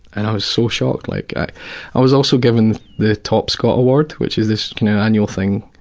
and i was so shocked. like i i was also given the top scot award, which is this annual thing.